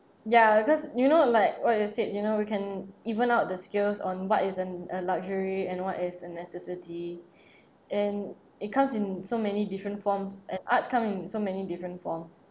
ya because you know like what you said you know we can even out the skills on what isn't a luxury and one is a necessity and it comes in so many different forms and arts come in so many different forms